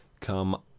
come